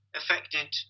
affected